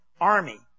army